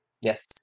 Yes